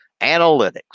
analytics